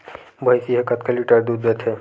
भंइसी हा कतका लीटर दूध देथे?